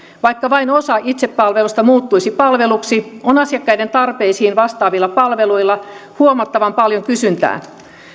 vaikka vain osa itsepalvelusta muuttuisi palveluksi on asiakkaiden tarpeisiin vastaavilla palveluilla huomattavan paljon kysyntää